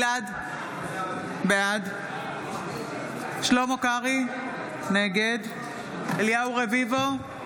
בעד שלמה קרעי, נגד אליהו רביבו,